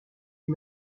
les